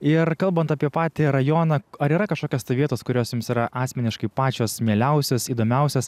ir kalbant apie patį rajoną ar yra kažkokios tai vietos kurios jums yra asmeniškai pačios mieliausios įdomiausios